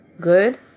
good